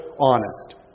honest